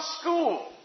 school